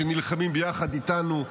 שנלחמים ביחד איתנו,